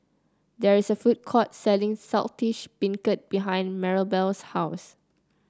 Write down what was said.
there is a food court selling Saltish Beancurd behind Marybelle's house